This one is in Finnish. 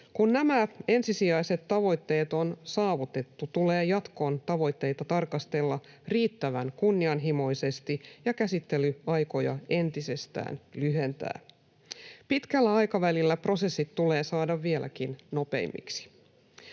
Kun nämä ensisijaiset tavoitteet on saavutettu, tulee jatkon tavoitteita tarkastella riittävän kunnianhimoisesti ja käsittelyaikoja entisestään lyhentää. Pitkällä aikavälillä prosessit tulee saada vieläkin nopeammiksi.